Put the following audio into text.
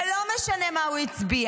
ולא משנה מה הוא הצביע,